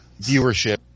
viewership